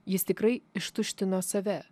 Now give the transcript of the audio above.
jis tikrai ištuštino save